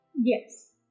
Yes